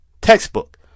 Textbook